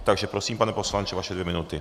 Takže prosím, pane poslanče, vaše dvě minuty.